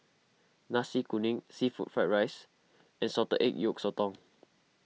Nasi Kuning Seafood Fried Rice and Salted Egg Yolk Sotong